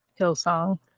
Hillsong